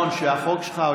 בבקשה החוצה.